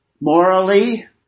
Morally